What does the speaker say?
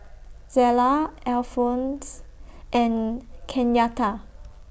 Zella Alphonse and Kenyatta